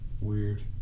Weird